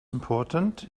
important